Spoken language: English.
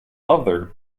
other